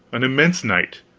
an immense night.